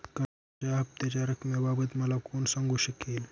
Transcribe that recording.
कर्जाच्या हफ्त्याच्या रक्कमेबाबत मला कोण सांगू शकेल?